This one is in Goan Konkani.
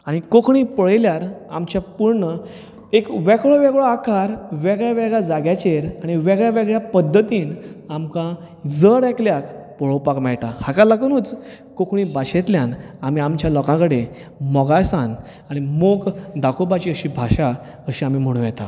आनी कोंकणी पळयल्यार आमचे पूर्ण एक वेगळो वेगळो आकार वेगळ्या वेगळ्या जाग्याचेर आनी वेगळ्या वेगळ्या पद्दतीन आमकां जर एकल्याक पळोवपाक मेळटा हाका लागुनूच कोंकणी भाशेंतल्यान आमी आमच्या लोकां कडेन मोगाळसाण आनी मोग दाखोवपाची अशी भाशा अशी आमी म्हणूं येता